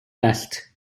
best